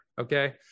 okay